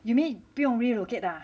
you mean 不用 relocate 的 ah